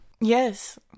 Yes